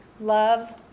love